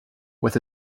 with